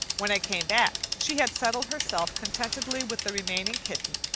when i came back she had settled herself contentedly with the remaining kitten,